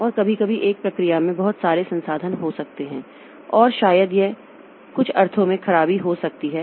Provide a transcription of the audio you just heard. और कभी कभी एक प्रक्रिया में बहुत सारे संसाधन हो सकते हैं और यह शायद कुछ अर्थों में यह खराबी हो सकती है